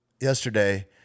yesterday